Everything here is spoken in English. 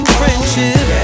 friendship